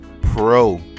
Pro